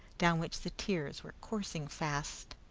down which the tears were coursing fast,